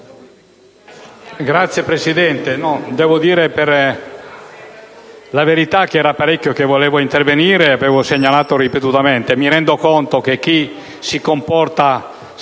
Signor Presidente, a dire la verità, era da parecchio che volevo intervenire, e lo avevo segnalato ripetutamente. Mi rendo però conto che chi si comporta